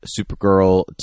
Supergirl